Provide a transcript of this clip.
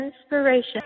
Inspiration